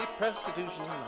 prostitution